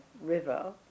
river